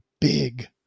big